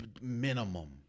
minimum